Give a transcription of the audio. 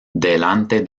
delante